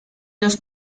los